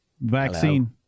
Vaccine